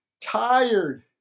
tired